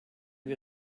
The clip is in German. wir